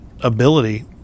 ability